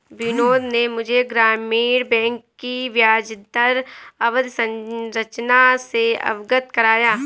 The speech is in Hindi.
बिनोद ने मुझे ग्रामीण बैंक की ब्याजदर अवधि संरचना से अवगत कराया